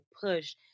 push